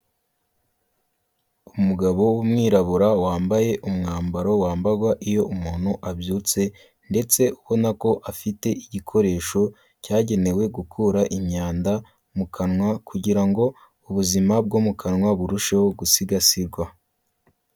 Umugabo w'umwirabura wambaye umwambaro wambarwa iyo umuntu abyutse ndetse ubona ko afite igikoresho cyagenewe gukura imyanda mu kanwa, kugira ngo ubuzima bwo mu kanwa burusheho gusigasirwa.